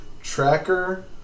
Tracker